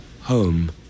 home